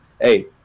hey